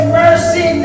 mercy